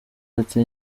ati